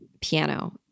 piano